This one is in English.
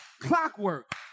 clockwork